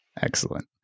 Excellent